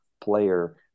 player